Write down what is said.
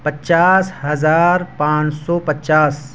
پچاس ہزار پانچ سو پچاس